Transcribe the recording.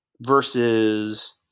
versus